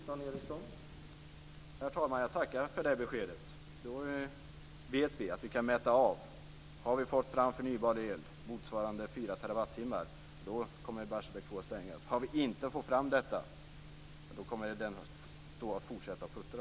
Herr talman! Jag tackar för det beskedet. Då vet vi att vi kan mäta av det här. Har vi fått fram förnybar el motsvarande fyra terawattimmar kommer Barsebäck 2 att stängas. Har vi inte fått fram det kommer den att få stå och fortsätta puttra.